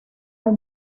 have